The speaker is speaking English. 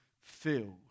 filled